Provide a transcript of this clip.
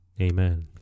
Amen